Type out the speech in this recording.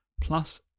Plus